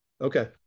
Okay